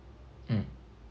mm